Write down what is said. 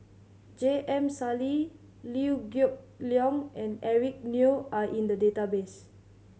J M Sali Liew Geok Leong and Eric Neo are in the database